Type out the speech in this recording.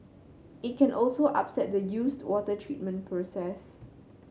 it can also upset the used water treatment process